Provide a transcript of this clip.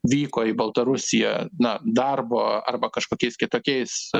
vyko į baltarusiją na darbo arba kažkokiais kitokiais